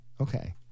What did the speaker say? okay